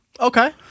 Okay